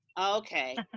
okay